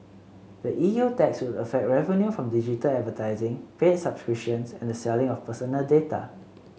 the E U tax would affect revenue from digital advertising paid subscriptions and the selling of personal data